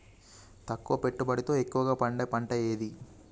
తక్కువ పెట్టుబడితో ఎక్కువగా పండే పంట ఏది?